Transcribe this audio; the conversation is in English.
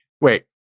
Wait